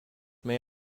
may